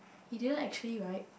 he didn't actually right